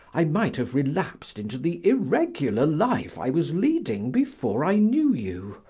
i might have relapsed into the irregular life i was leading before i knew you.